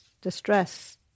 distress